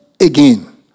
again